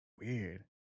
Weird